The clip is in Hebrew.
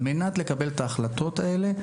על מנת לקבל את ההחלטות האלה,